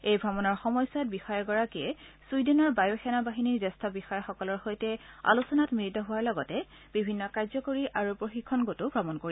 এই ভ্ৰমণৰ সময়ছোৱাত বিষয়াগৰাকী ছুইডেনৰ বায়ু সেনা বাহিনীৰ জ্যেষ্ঠ বিষয়াসকলৰ সৈতে আলোচনাত মিলিত হোৱাৰ লগতে বিভিন্ন কাৰ্যকৰী আৰু প্ৰশিক্ষণ গোটো ভ্ৰমণ কৰিব